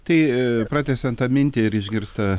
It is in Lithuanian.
tai pratęsiant tą mintį ir išgirstą